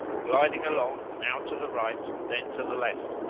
gliding along now to the right then to the left